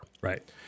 Right